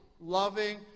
loving